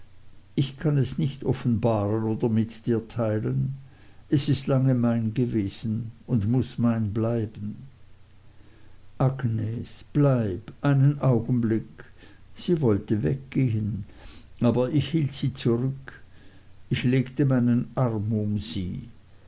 ich kann es nicht offenbaren oder mit dir teilen es ist lange mein gewesen und muß mein bleiben agnes bleib einen augenblick sie wollte weggehen aber ich hielt sie zurück ich legte meinen arm um sie